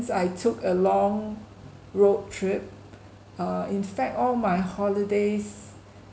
I took a long road trip uh in fact all my holidays